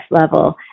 level